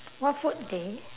what food they